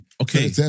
Okay